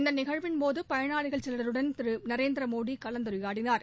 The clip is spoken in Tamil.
இந்த நிகழ்வின்போது பயனாளிகள் சிலருடன் திரு நரேந்திரமோடி கலந்துரையாடினார்